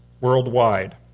worldwide